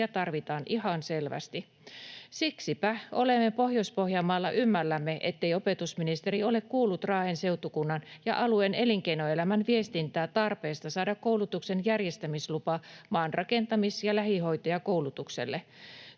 tarvitaan ihan selvästi. Siksipä olemme Pohjois-Pohjanmaalla ymmällämme, ettei opetusministeri ole kuullut Raahen seutukunnan ja alueen elinkeinoelämän viestintää tarpeista saada koulutuksen järjestämislupa maanrakentamis- ja lähihoitajakoulutuksille.